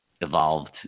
evolved